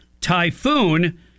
Typhoon